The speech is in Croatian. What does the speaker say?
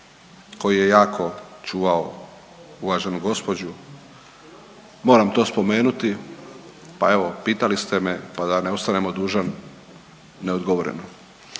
koji je jako čuvao uvaženu gospođu, moram to spomenuti. Pa evo pitali ste me pa da ne ostanem dužan neodgovoreno.